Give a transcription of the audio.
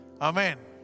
Amen